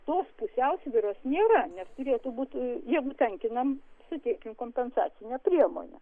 tos pusiausvyros nėra nes turėtų būt jeigu tankinam suteikim kompensacinę priemonę